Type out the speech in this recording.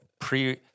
Pre